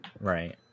Right